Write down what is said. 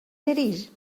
nariz